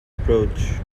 approach